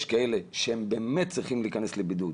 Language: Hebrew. יש כאלה שהם באמת צריכים להיכנס לבידוד